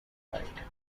worldwide